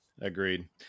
agreed